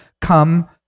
come